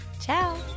Ciao